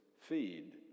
feed